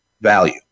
value